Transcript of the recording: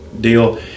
deal